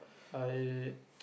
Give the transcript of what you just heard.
I